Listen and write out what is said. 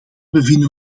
bevinden